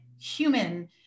human